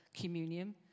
communion